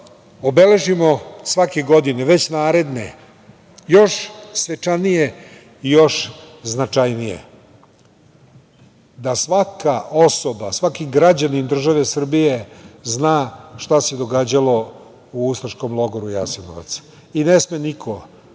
obeležimo svake godine, već naredne još svečanije i još značajnije, da svaka osoba, svaki građanin države Srbije zna šta se događalo u ustaškom logoru Jasenovac. Ne sme niko